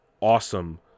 awesome